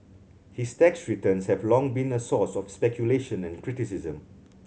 his tax returns have long been a source of speculation and criticism